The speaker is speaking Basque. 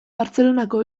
bartzelonako